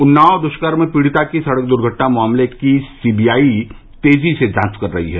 उन्नाव दृष्कर्म पीड़िता की सड़क दुर्घटना मामले की सीबीआई तेजी से जांच कर रही है